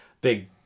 big